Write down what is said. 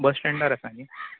बस स्टँडार आसा न्हय